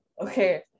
Okay